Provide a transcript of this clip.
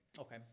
okay